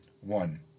one